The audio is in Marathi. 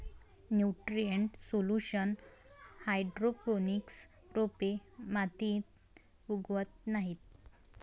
न्यूट्रिएंट सोल्युशन हायड्रोपोनिक्स रोपे मातीत उगवत नाहीत